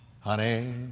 Honey